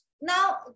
now